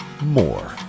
more